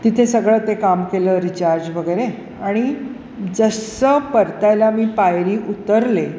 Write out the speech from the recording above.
तिथे सगळं ते काम केलं रिचार्ज वगैरे आणि जसं परतायला मी पायरी उतरले